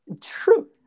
True